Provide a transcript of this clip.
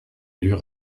dur